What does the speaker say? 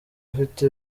afite